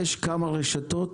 יש כמה רשתות,